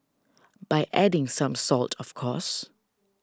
by adding some salt of course